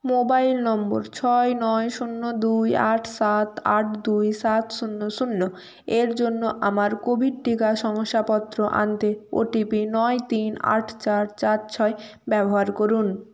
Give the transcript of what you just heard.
mobile number ছয় নয় শূন্য দুই আট সাত আট দুই সাত শূন্য শূন্য এর জন্য আমার কোভিড টিকা শংসাপত্র আনতে ওটিপি নয় তিন আট চার চার ছয় ব্যবহার করুন